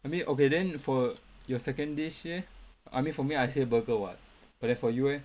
I mean okay then for your second dish eh I mean for me I said burger what but then for you eh